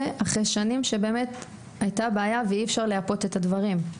אחרי שנים שהיתה באמת היתה בעיה ואי-אפשר ליפות את הדברים.